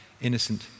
innocent